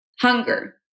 hunger